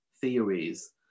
theories